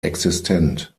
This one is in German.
existent